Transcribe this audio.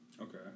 Okay